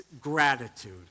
gratitude